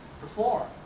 perform